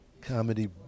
Comedy